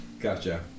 gotcha